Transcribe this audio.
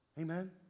Amen